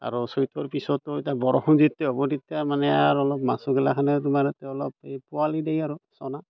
আৰু চৈতৰ পিছতো এতিয়া বৰষুণ যেতিয়া হ'ব তেতিয়া মানে আৰু অলপ মাছোগিলাখনে তোমাৰ অলপ এই পোৱালি দিয়ে আৰু চানা